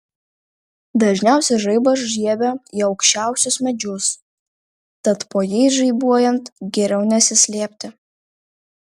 dažniausiai žaibas žiebia į aukščiausius medžius tad po jais žaibuojant geriau nesislėpti